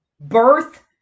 birth